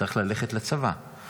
צריך ללכת לצבא.